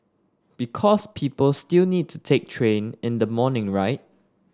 because people still need to take train in the morning right